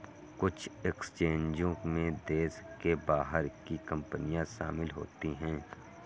कुछ एक्सचेंजों में देश के बाहर की कंपनियां शामिल होती हैं